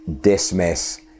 dismiss